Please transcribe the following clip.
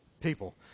people